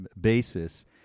basis